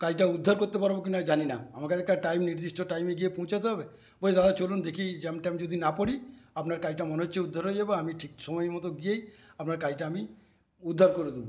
কাজটা উদ্ধার করতে পারব কিনা জানি না আমাকে তো একটা টাইম নির্দিষ্ট টাইমে গিয়ে পৌঁছাতে হবে ওই দাদা চলুন দেখি জ্যাম ট্যাম যাতে না পরি আপনার কাজটা মনে হচ্ছে উদ্ধার হয়ে যাবে আমি ঠিক সময়মতো গিয়েই আপনার কাজটা আমি উদ্ধার করে দেব